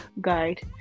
guide